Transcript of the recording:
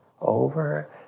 over